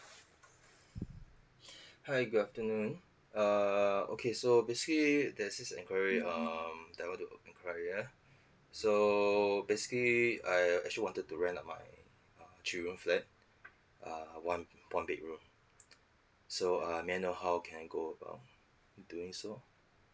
hi good afternoon err okay so basically there's this enquiry um that I want to enquire so basically I actually wanted to rent out my uh three room flat uh one one big room so um may I know how can I go about doing so